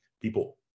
People